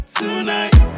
tonight